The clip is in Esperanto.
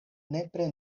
nepre